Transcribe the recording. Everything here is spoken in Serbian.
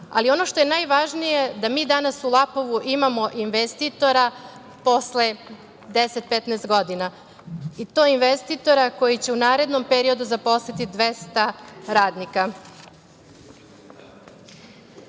ali ono što je najvažnije jeste da mi danas u Lapovu imamo investitora posle 10, 15 godina, i to investitora koji će u narednom periodu zaposliti 200 radnika. Od